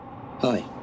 Hi